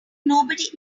nobody